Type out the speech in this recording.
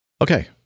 Okay